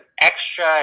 extra